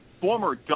Former